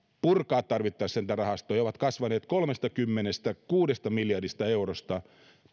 purkaa tarvittaessa niitä rahastoja ovat kasvaneet kolmestakymmenestäkuudesta miljardista eurosta